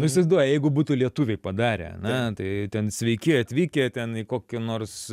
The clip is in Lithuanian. nu įsivaizduoji jeigu būtų lietuviai padarę ane tai ten sveiki atvykę ten į kokį nors